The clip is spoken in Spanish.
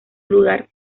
lugar